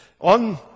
on